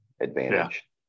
advantage